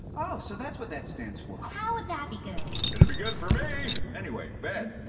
oh! so that's what that stands for. how would that be good? it'd be good for me! anyway, ben,